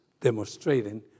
demonstrating